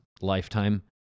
Lifetime